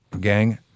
gang